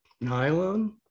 nylon